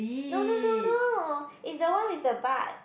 no no no no is the one with the butt